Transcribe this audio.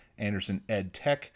AndersonEdTech